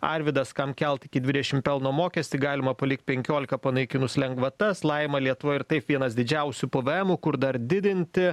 arvydas kam kelti iki dvidešim pelno mokestį galima palikt penkiolika panaikinus lengvatas laima lietuva ir taip vienas didžiausių pavaemų kur dar didinti